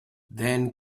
then